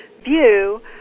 view